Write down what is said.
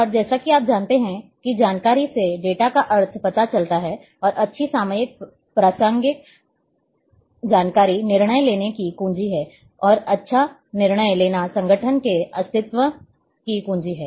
और जैसा कि आप जानते हैं कि जानकारी से डेटा का अर्थ पता चलता है और अच्छी सामयिक प्रासंगिक जानकारी निर्णय लेने की कुंजी है और अच्छा निर्णय लेना संगठन के अस्तित्व की कुंजी है